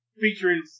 Featuring